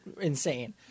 insane